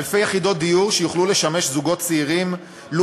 אלפי יחידות דיור שיוכלו לשמש זוגות צעירים לו